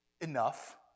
Enough